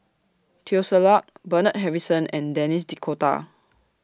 Teo Ser Luck Bernard Harrison and Denis D'Cotta